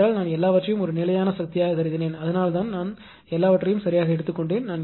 ஏனென்றால் நான் எல்லாவற்றையும் ஒரு நிலையான சக்தியாகக் கருதினேன் அதனால்தான் நான் எல்லாவற்றையும் சரியாக எடுத்துக்கொண்டேன்